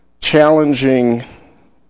challenging